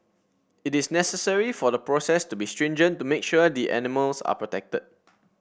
it is necessary for the process to be stringent to make sure the animals are protected